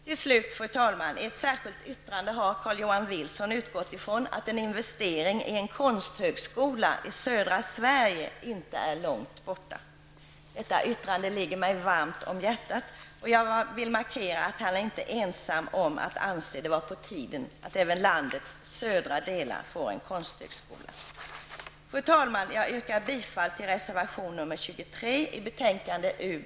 Till slut, fru talman: I ett särskilt yttrande har Carl Johan Wilson utgått ifrån att en investering i en konsthögskola i södra Sverige inte är långt borta. Detta yttrande ligger mig varmt om hjärtat, och jag vill markera att han inte är ensam om att anse det vara på tiden att även landets södra delar får en konsthögskola. Fru talman! Jag yrkar bifall till reservation nr 23 i betänkande UbU12.